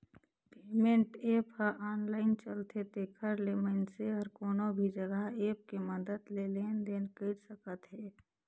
payment app ह online चलथे तेखर ले मइनसे हर कोनो भी जघा ऐप के मदद ले लेन देन कइर सकत हे